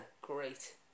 great